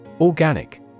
Organic